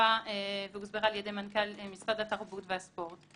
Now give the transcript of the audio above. שהובאה והוסברה על ידי מנכ"ל משרד התרבות והספורט.